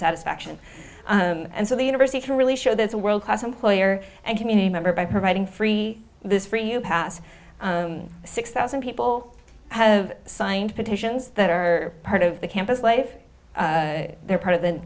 satisfaction and so the university can really show there's a world class employer and community member by providing free this free you pass six thousand people have signed petitions that are part of the campus life they're part of the